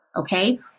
okay